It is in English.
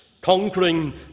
conquering